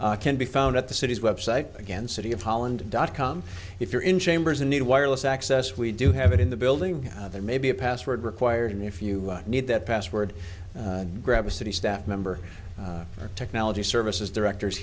can be found at the city's website against city of holland dot com if you're in chambers and need wireless access we do have it in the building there may be a password required and if you need that password grab a city staff member or technology services directors